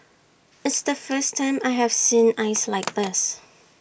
it's the first time I have seen ice like this